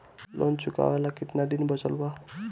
Loan चुकावे ला कितना दिन बचल बा?